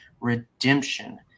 redemption